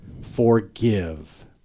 forgive